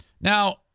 Now